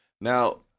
now